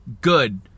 good